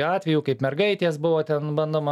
atvejų kaip mergaitės buvo ten bandoma